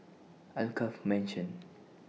Alkaff Mansion